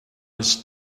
his